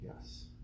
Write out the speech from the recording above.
Yes